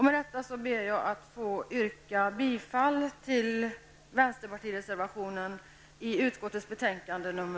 Med detta ber jag att få yrka bifall till vänsterpartireservationen i utskottets betänkande